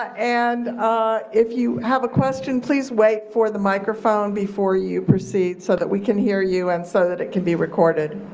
and if you have a question, please wait for the microphone before you proceed so that we can hear you and so that it can be recorded.